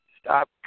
stop